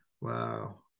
Wow